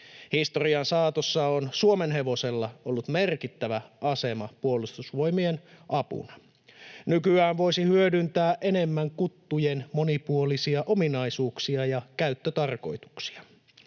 Historian saatossa on suomenhevosella ollut merkittävä asema Puolustusvoimien apuna. Nykyään voisi hyödyntää enemmän kuttujen monipuolisia ominaisuuksia ja käyttötarkoituksia.